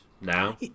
now